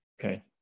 Okay